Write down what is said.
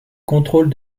contrôle